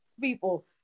people